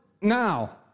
now